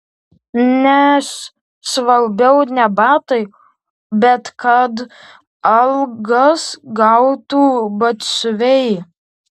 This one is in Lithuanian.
nes svarbiau ne batai bet kad algas gautų batsiuviai